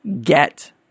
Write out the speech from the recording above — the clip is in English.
get